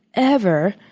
ever,